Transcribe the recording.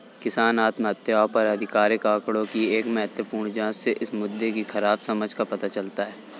किसान आत्महत्याओं पर आधिकारिक आंकड़ों की एक महत्वपूर्ण जांच से इस मुद्दे की खराब समझ का पता चलता है